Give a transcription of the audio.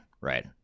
right